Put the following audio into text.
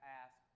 ask